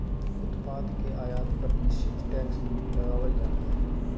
उत्पाद के आयात पर निश्चित टैक्स भी लगावल जा हय